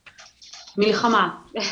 ב-2008,